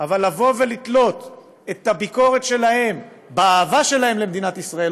אבל לתלות את הביקורת שלהם באהבה שלהם למדינת ישראל,